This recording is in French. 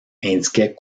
indiquaient